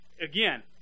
Again